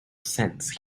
sense